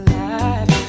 life